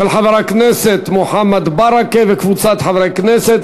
של חבר הכנסת מוחמד ברכה וקבוצת חברי הכנסת.